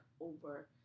over